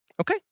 Okay